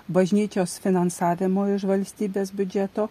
bažnyčios finansavimo iš valstybės biudžeto